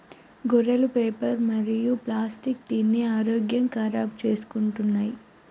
గొర్రెలు పేపరు మరియు ప్లాస్టిక్ తిని ఆరోగ్యం ఖరాబ్ చేసుకుంటున్నయ్